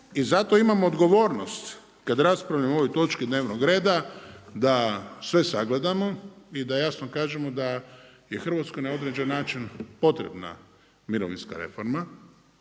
i zato imamo odgovornost kada raspravljamo o ovom točki dnevnog reda da sve sagledamo i da jasno kažemo da je Hrvatska na određeni način potrebna mirovinska reforma